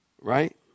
right